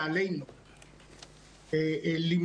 למעלה מ-60,000 מבחנים במאות קורסים,